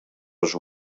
les